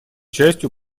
частью